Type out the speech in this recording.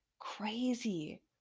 crazy